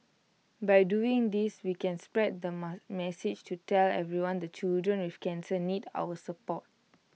by doing this we can spread the message to tell everyone that children with cancer need our support